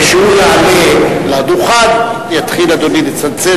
וכשהוא יעלה לדוכן יתחיל אדוני לצלצל.